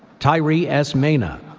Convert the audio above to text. tairi s. mena,